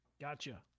Gotcha